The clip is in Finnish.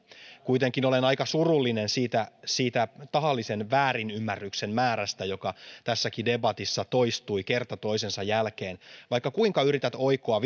kuitenkin olen aika surullinen siitä siitä tahallisen väärinymmärryksen määrästä joka tässäkin debatissa toistui kerta toisensa jälkeen vaikka kuinka yrität oikoa